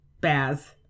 Baz